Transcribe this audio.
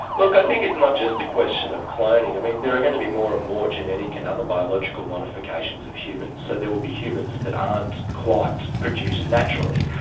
look i think it's not just a question of cloning, i mean there are going to be more and more genetic and other biological modifications of humans so there will be humans that aren't quite produced naturally.